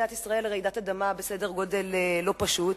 מדינת ישראל רעידת אדמה בסדר-גודל לא פשוט,